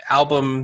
album